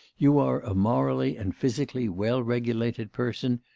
you are a morally and physically well-regulated person,